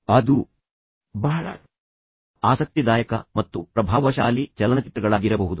ಅದು ಪುಸ್ತಕಗಳಾಗಿರಬಹುದು ಬಹಳ ಆಸಕ್ತಿದಾಯಕ ಮತ್ತು ಪ್ರಭಾವಶಾಲಿ ಚಲನಚಿತ್ರಗಳಾಗಿರಬಹುದು